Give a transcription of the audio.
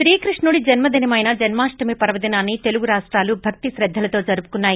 క్రీకృష్ణుడి జన్మదినమైన జన్మాష్టమి పర్వదినాన్ని తెలుగు రాష్టాలు భక్తి శ్రద్దలతో జరుపుకున్నాయి